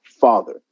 father